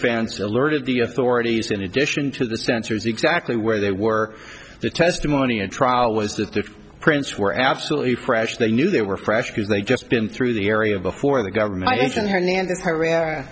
fence alerted the authorities in addition to the sensors exactly where they were the testimony at trial was that the prints were absolutely fresh they knew they were fresh because they've just been through the area before the government is in hernande